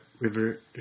river